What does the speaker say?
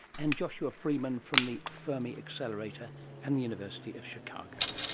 and joshua frieman from the fermi accelerator and the university of chicago.